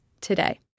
today